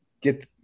get